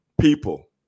people